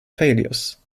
failures